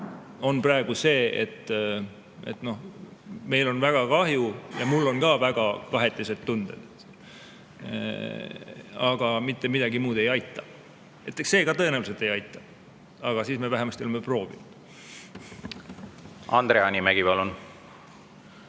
on praegu see, et meil on väga kahju – ja mul on ka väga kahetised tunded –, aga mitte midagi muud ei aita. Eks see [avaldus] ka tõenäoliselt ei aita, aga siis me vähemasti oleme proovinud. Andre Hanimägi, palun!